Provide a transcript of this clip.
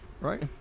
right